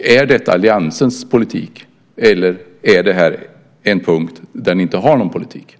Är detta alliansens politik? Eller är det en punkt där ni inte har någon politik?